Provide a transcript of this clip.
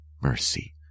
mercy